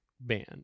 band